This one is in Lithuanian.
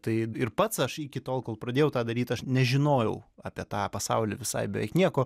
tai ir pats aš iki tol kol pradėjau tą daryt aš nežinojau apie tą pasaulį visai beveik nieko